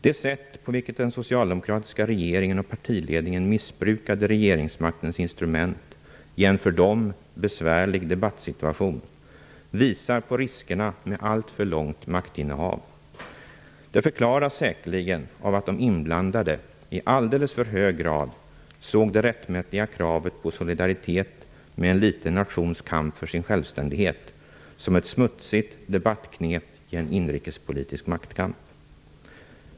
Det sätt på vilket den socialdemokratiska regeringen och partiledningen missbrukade regeringsmaktens instrument i en för dem besvärlig debattsituation visar på riskerna med alltför långt maktinnehav. Det förklaras säkerligen av att de inblandade i alldeles för hög grad såg det rättmätiga kravet på solidaritet med en liten nations kamp för sin självständighet som ett smutsigt debattknep i en inrikespolitisk maktkamp.